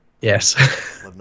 Yes